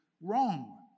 wrong